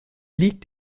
liegt